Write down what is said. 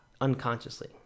unconsciously